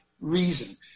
reason